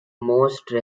mostly